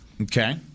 Okay